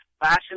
fashion